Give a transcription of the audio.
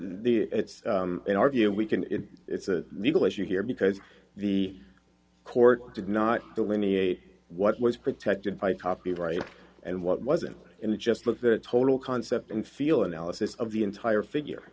the it's in our view we can it's a legal issue here because the court did not delineate what was protected by copyright and what wasn't in the just was a total concept and feel analysis of the entire figure